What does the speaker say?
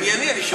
ענייני, ענייני.